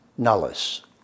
nullis